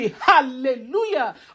Hallelujah